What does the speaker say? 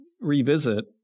revisit